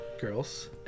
Girls